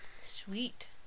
sweet